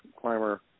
climber